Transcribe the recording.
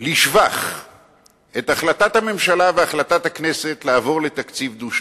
לשבח את החלטת הממשלה והחלטת הכנסת לעבור לתקציב דו-שנתי.